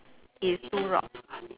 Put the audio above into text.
is two rocks